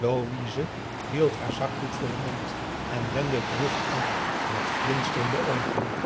louise hield haar zakdoek voor den mond en wendde het hoofd af met glinsterende oogen